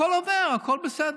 הכול עובר, הכול בסדר.